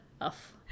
Off